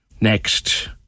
Next